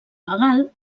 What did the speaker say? legal